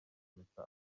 impeta